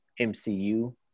mcu